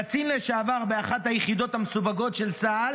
קצין לשעבר באחת היחידות המסווגות של צה"ל,